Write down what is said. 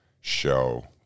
show